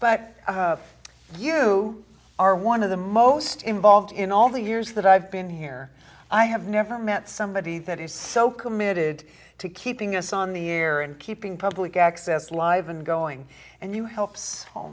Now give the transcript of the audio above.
but you are one of the most involved in all the years that i've been here i have never met somebody that is so committed to keeping us on the air and keeping public access live and going and you helps